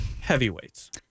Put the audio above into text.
heavyweights